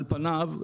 על פניו,